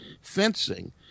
fencing